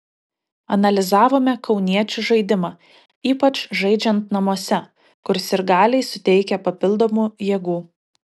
analizavome kauniečių žaidimą ypač žaidžiant namuose kur sirgaliai suteikia papildomų jėgų